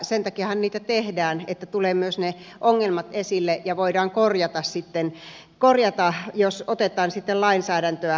sen takiahan niitä tehdään että tulevat myös ne ongelmat esille ja voidaan korjata jos otetaan sitten lainsäädäntöä käyttöön